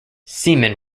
seaman